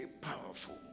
powerful